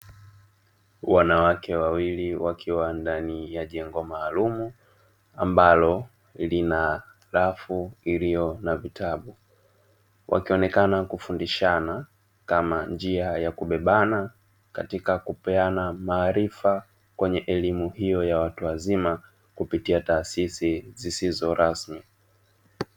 Wanawake wawili wakiwa ndani ya jengo maalumu ambalo lina rafu iliyo na vitabu, wakionekana kufundishana kama njia ya kubebana katika kupeana maarifa kwenye elimu hiyo ya watu wazima kupitia taasisi zisizo rasmi.